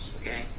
okay